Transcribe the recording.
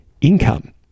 income